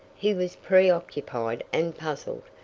he was pre-occupied and puzzled,